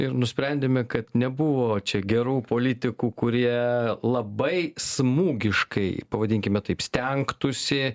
ir nusprendėme kad nebuvo čia gerų politikų kurie labai smūgiškai pavadinkime taip stengtųsi